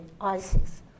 ISIS